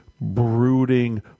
brooding